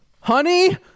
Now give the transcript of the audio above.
honey